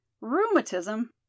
rheumatism